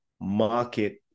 market